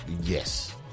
yes